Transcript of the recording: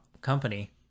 company